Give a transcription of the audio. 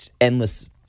endless